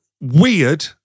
weird